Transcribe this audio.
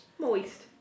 Moist